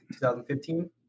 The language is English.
2015